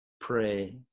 pray